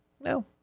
no